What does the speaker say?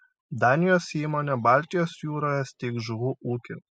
danijos įmonė baltijos jūroje steigs žuvų ūkį